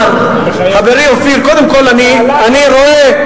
חברי אופיר, קודם כול, אני רואה